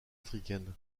africaine